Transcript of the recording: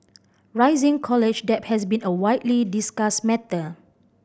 rising college debt has been a widely discussed matter